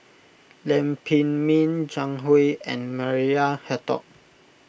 Lam Pin Min Zhang Hui and Maria Hertogh